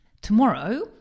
tomorrow